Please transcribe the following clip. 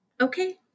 okay